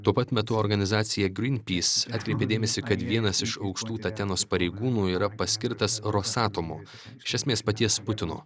tuo pat metu organizacija grynpys atkreipė dėmesį kad vienas iš aukštų tatenos pareigūnų yra paskirtas rosatomo iš esmės paties putino